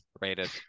rated